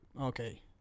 Okay